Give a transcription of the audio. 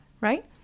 right